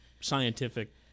scientific